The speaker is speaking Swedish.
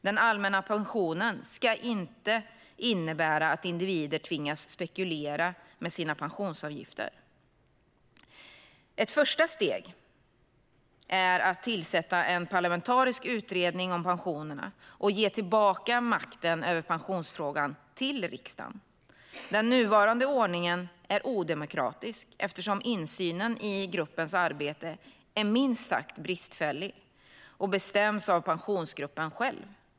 Den allmänna pensionen ska inte innebära att individer tvingas spekulera med sina pensionsavgifter. Ett första steg är att tillsätta en parlamentarisk utredning om pensionerna och ge tillbaka makten över pensionsfrågan till riksdagen. Den nuvarande ordningen är odemokratisk eftersom insynen i gruppens arbete är minst sagt bristfällig och bestäms av Pensionsgruppen själv.